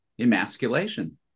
emasculation